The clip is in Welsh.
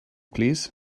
plîs